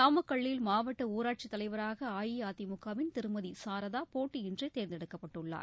நாமக்கல்லில் மாவட்ட ஊராட்சித் தலைவராக அஇஅதிமுகவின் திருமதி சாரதா போட்டியின்றி தேர்ந்தெடுக்கப்பட்டுள்ளார்